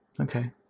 okay